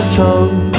tongue